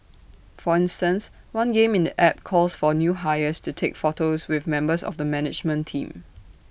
for instance one game in the app calls for new hires to take photos with members of the management team